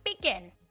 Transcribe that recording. begin